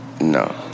No